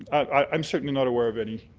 i'm certainly not aware of any,